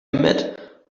met